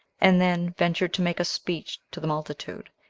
and then ventured to make a speech to the multitude,